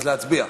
אז להצביע.